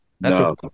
No